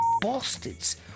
bastards